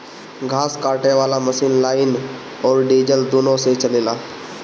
घास काटे वाला मशीन लाइन अउर डीजल दुनों से चलेला